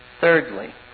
Thirdly